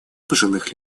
пожилых